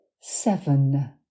Seven